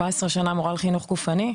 אני 17 שנים מורה לחינוך גופני.